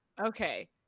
Okay